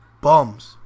bums